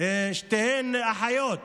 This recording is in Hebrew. ששתיהן אחיות.